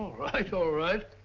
right, all right.